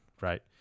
right